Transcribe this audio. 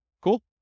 Cool